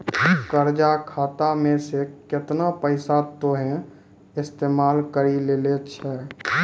कर्जा खाता मे से केतना पैसा तोहें इस्तेमाल करि लेलें छैं